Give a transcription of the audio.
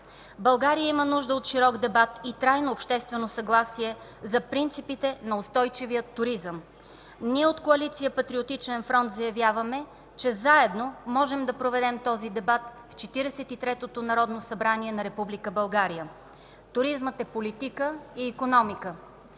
България има нужда от широк дебат и трайно обществено съгласие за принципите на устойчивия туризъм. Ние от Коалиция Патриотичен фронт заявяваме, че заедно можем да проведем този дебат в Четиридесет и третото народно събрание на Република България. Туризмът е политика и икономика.